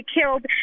killed